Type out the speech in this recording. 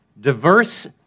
diverse